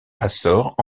açores